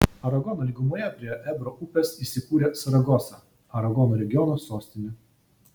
aragono lygumoje prie ebro upės įsikūrė saragosa aragono regiono sostinė